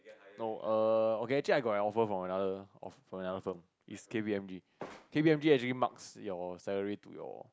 no err okay actually I got an offer from another from another firm it's K_P_M_G K_P_M_G actually marks your salary to your